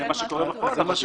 זה מה שקורה בפועל.